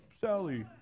Sally